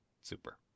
Super